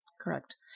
correct